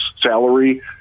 salary